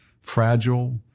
Fragile